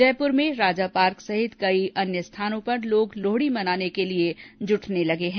जयपुर में राजापार्क सहित कई अन्य स्थानों पर लोग लोहड़ी मनाने के लिये इकट़टा हो रहे हैं